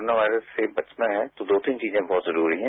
corona virus से बचना है तो दो तीन चीजें बहुत जरूरी हैं